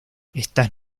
estas